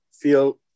feel